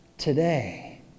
Today